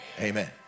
Amen